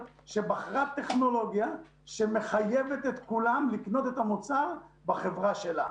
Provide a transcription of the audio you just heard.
שבחרה טכנולוגיה שמחייבת כולם לקנות את המוצר בחברה שלה.